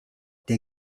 der